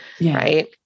right